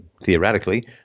theoretically